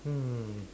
um